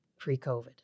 Pre-COVID